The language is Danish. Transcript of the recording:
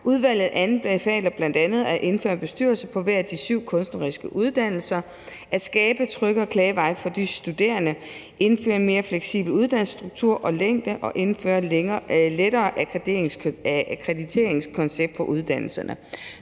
Udvalget anbefaler bl.a. at indføre en bestyrelse på hver af de syv kunstneriske uddannelser, at skabe tryggere klageveje for de studerende, indføre en mere fleksibel uddannelsesstruktur og længde og indføre et lettere akkrediteringskoncept for uddannelserne.